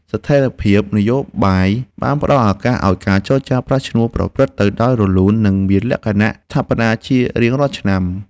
ស្ថិរភាពនយោបាយបានផ្តល់ឱកាសឱ្យការចរចាប្រាក់ឈ្នួលប្រព្រឹត្តទៅដោយរលូន និងមានលក្ខណៈស្ថាបនាជារៀងរាល់ឆ្នាំ។